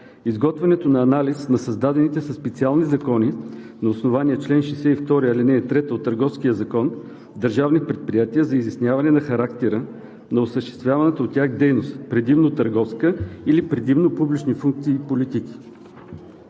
изготвянето на анализ за създадените специални закони – на основание чл. 62, ал. 3 от Търговския закон, за държавни предприятия за изясняване на характера на осъществяваната от тях дейност, предимно търговска или публични функции и политики.